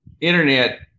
internet